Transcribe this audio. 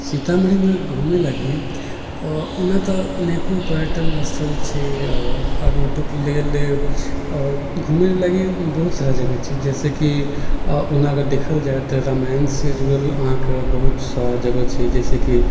सीतामढ़ीमे घुमै लागी ओना तऽ अनेको पर्यटन स्थल छै आगन्तुक लेल आओर घुमै लागी बहुत सारा जगह छै जइसेकि ओना अगर देखल जाइ तऽ रामायणसँ जुड़ल अहाँके बहुत सारा जगह छै जइसेकि